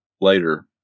later